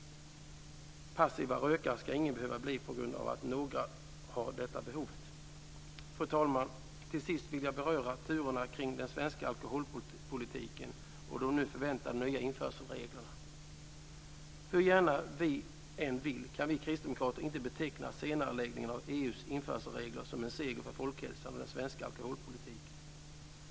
Passiv rökare ska ingen behöva bli på grund av att några har detta behov. Fru talman! Till sist vill jag beröra turerna kring den svenska alkoholpolitiken och de nu förväntade nya införselreglerna. Hur gärna vi än vill kan vi kristdemokrater inte beteckna senareläggningen av EU:s införselregler som en seger för folkhälsan och den svenska alkoholpolitiken.